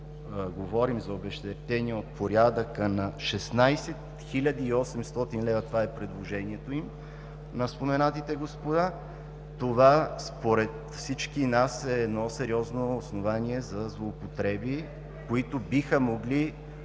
говорим за обезщетение от порядъка на 16 800 лв., това е предложението на споменатите господа, това, според всички нас, е едно сериозно основание за злоупотреби, които биха могли